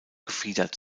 gefiedert